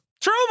True